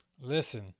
Listen